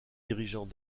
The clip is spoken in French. dirigeants